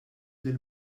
lil